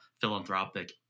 philanthropic